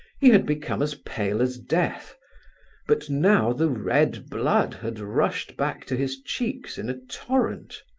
he had become as pale as death but now the red blood had rushed back to his cheeks in a torrent.